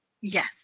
yes